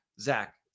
Zach